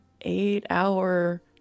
eight-hour